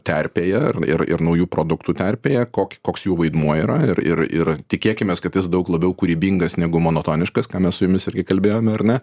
terpėje ir ir naujų produktų terpėje kok koks jų vaidmuo yra ir ir ir tikėkimės kad jis daug labiau kūrybingas negu monotoniškas ką mes su jumis irgi kalbėjome ar ne